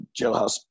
jailhouse